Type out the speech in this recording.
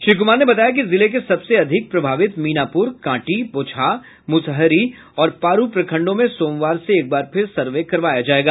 श्री कुमार ने बताया कि जिले के सबसे अधिक प्रभावित मीनापुर कांटी बोचहा मुसहरी और पारू प्रखंडों में सोमवार से एक बार फिर सर्वे करवाया जायेगा